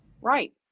right